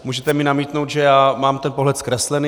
Můžete mi namítnout, že mám ten pohled zkreslený.